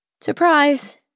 Surprise